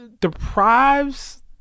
deprives